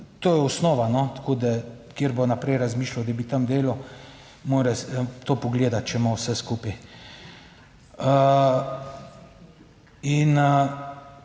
no, tako, da kateri bo naprej razmišljal, da bi tam delal, mora to pogledati, če ima vse skupaj. In